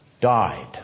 Died